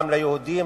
גם ליהודים,